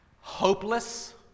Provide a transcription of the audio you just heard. Hopeless